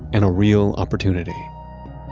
and a real opportunity